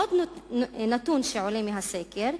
עוד נתון שעולה מהסקר: